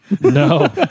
No